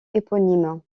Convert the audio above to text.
éponyme